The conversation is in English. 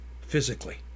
physically